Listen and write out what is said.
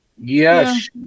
Yes